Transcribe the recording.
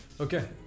Okay